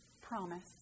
promise